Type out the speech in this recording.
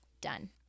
Done